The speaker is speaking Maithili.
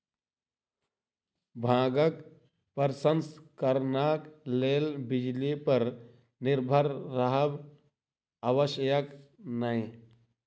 भांगक प्रसंस्करणक लेल बिजली पर निर्भर रहब आवश्यक नै